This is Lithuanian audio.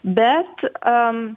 bet am